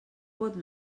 pot